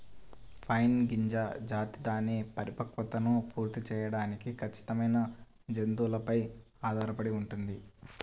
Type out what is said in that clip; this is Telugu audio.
పైన్ గింజ జాతి దాని పరిపక్వతను పూర్తి చేయడానికి ఖచ్చితమైన జాతులపై ఆధారపడి ఉంటుంది